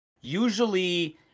Usually